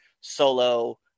solo